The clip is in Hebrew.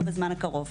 לא בזמן הקרוב.